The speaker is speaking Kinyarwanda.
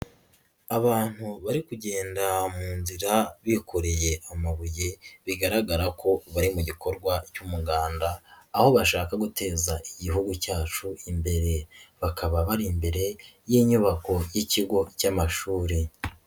Abantu bari kugenda mu nzira bikoreye amabuye bigaragara ko bari mu gikorwa cy'umuganda, aho bashaka guteza Igihugu cyacu imbere, bakaba bari imbere y'inyubako y'ikigo cy'amashuri.